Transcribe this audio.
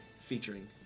featuring